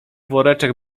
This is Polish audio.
woreczek